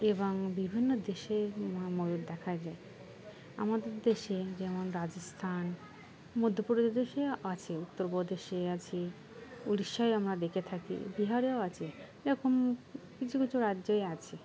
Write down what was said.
এবং বিভিন্ন দেশে ময়ূর দেখা যায় আমাদের দেশে যেমন রাজস্থান মধ্যপ্রদেশেও আছে উত্তরপ্রদেশে আছে উড়িষ্যায় আমরা দেখে থাকি বিহারেও আছে এরকম কিছু কিছু রাজ্যে আছে